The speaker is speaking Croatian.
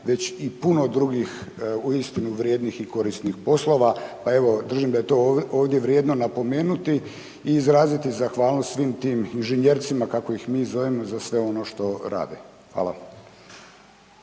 već i puno drugih uistinu vrijedni i korisnih poslova, pa evo držim da je to vrijedno napomenuti i izraziti zahvalnost svim tim inženjecima kako ih mi zovemo za sve ono što rade.